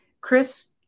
Chris